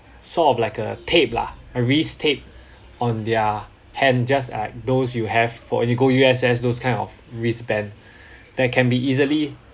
sort of like a tape lah a wrist tape on their hand just like those you have for when you go U_S_S those kind of wristband that can be easily